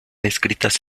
escritas